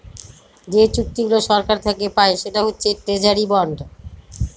যে চুক্তিগুলা সরকার থাকে পায় সেটা হচ্ছে ট্রেজারি বন্ড